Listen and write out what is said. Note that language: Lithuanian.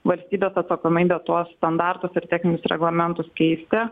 valstybės atsakomybe tuos standartus ir techninius reglamentus keisti